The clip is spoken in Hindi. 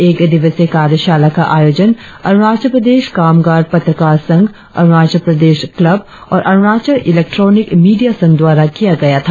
एक दिवसीय कार्यशाला का आयोजन अरुणाचल प्रदेश कामगार पत्रकार संघ अरुणाचल प्रदेश क्लब और अरुणाचल इलैक्ट्रॉनिक मीडिया संघ द्वारा किया गया था